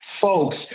folks